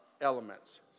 elements